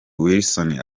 wilson